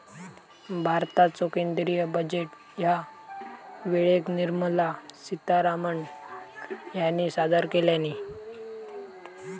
भारताचो केंद्रीय बजेट ह्या वेळेक निर्मला सीतारामण ह्यानी सादर केल्यानी